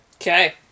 Okay